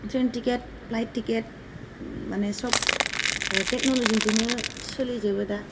train ticket flight ticket माने सब टेक्न'ल'जिजोंनो सोलिजोबो दा